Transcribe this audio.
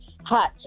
Hot